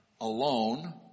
alone